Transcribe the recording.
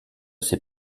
ses